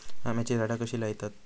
आम्याची झाडा कशी लयतत?